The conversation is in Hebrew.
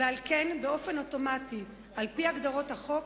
ועל כן באופן אוטומטי, על-פי הגדרות החוק,